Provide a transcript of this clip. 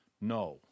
No